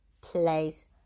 place